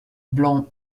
blanc